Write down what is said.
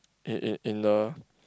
it it in the